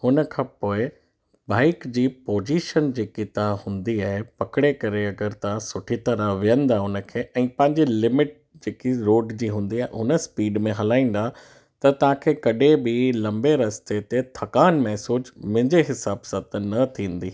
हुन खां पोइ बाइक जी पोजीशन जेकी तव्हां हूंदी आहे पकिड़े करे अगरि तव्हां सुठी तरह वेहंदा उन खे ऐं पंहिंजी लिमिट जेकी रोड जी हूंदी आहे हुन स्पीड में हलाईंदा त तव्हांखे कॾहिं बि लंबे रस्ते ते थकान महसूस मुंहिंजे हिसाब सां त न थींदी